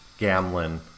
Gamlin